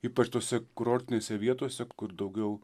ypač tose kurortinėse vietose kur daugiau